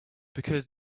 because